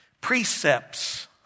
precepts